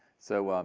so